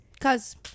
cause